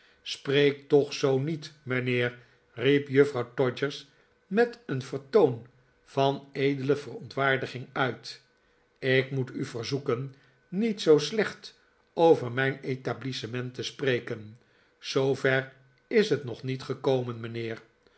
spreek toch zoo niet mijnheer riep juffrouw todgers met een vertoon van edele verontwaardiging uit ik moet u verzoeken niet zoo slecht over mijn etablissement te spreken zoover is het nog niet gekomen mijnheer